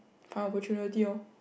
find opportunity loh